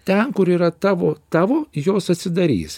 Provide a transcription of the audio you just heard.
ten kur yra tavo tavo jos atsidarys